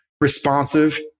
responsive